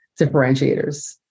differentiators